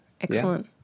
excellent